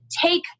take